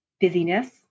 busyness